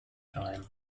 time